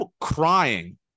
crying